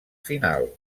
final